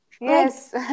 Yes